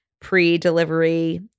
pre-delivery